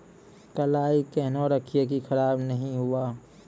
कलाई केहनो रखिए की खराब नहीं हुआ?